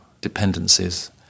dependencies